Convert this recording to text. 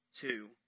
two